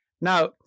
Now